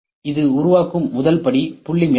இது உருவாக்கும் முதல் படி புள்ளி மேகம்